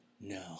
No